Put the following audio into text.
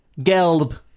Gelb